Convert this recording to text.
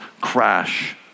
crash